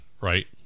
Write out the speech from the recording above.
right